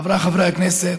חבריי חברי הכנסת,